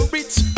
Rich